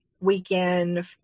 weekend